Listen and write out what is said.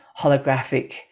holographic